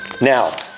Now